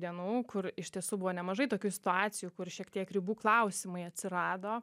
dienų kur iš tiesų buvo nemažai tokių situacijų kur šiek tiek ribų klausimai atsirado